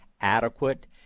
adequate